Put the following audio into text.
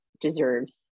deserves